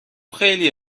خیلی